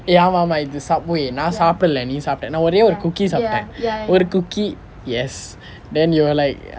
eh ஆமாம் ஆமாம் இது:aamaam aamaam ithu Subway நான் சாப்பிடலை நீ சாப்பிட்ட நான் ஒரே ஒரு:naan saapidilai ni sapitta naan ore oru cookie சாப்பிட்டேன் ஒரு:sappiten oru cookie yes then you were like